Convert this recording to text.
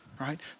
right